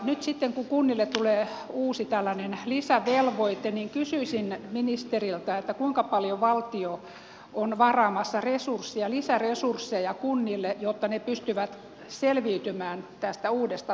nyt sitten kun kunnille tulee uusi tällainen lisävelvoite niin kysyisin ministeriltä kuinka paljon valtio on varaamassa lisäresursseja kunnille jotta ne pystyvät selviytymään tästä uudesta velvoitteestaan